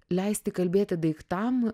leisti kalbėti daiktam